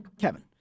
Kevin